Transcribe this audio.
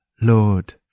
Lord